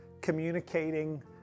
communicating